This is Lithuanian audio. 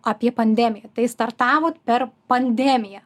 apie pandemiją tai startavot per pandemiją